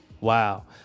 Wow